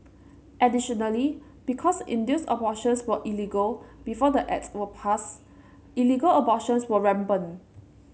additionally because induced abortions were illegal before the Act was passed illegal abortions were rampant